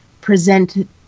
present